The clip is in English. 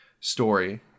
story